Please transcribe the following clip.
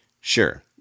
Sure